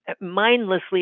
mindlessly